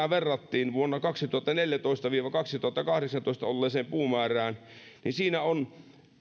verrattiin vuonna kaksituhattaneljätoista viiva kaksituhattakahdeksantoista olleeseen puumäärään siinä on